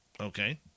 Okay